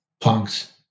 Punks